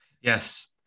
yes